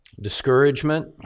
discouragement